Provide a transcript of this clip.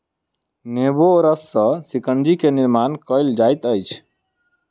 नेबो रस सॅ शिकंजी के निर्माण कयल जाइत अछि